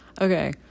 okay